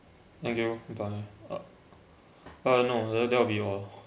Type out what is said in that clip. thank you bye bye uh uh no that that will be all